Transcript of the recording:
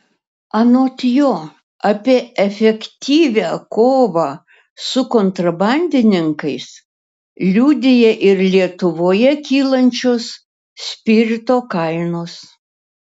anot jo apie efektyvią kovą su kontrabandininkais liudija ir lietuvoje kylančios spirito kainos